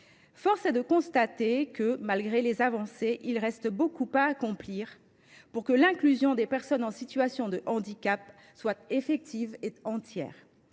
force est de constater que, malgré les avancées, il reste beaucoup à faire pour que l’inclusion des personnes en situation de handicap soit effective et entière.